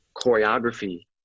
choreography